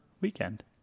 weekend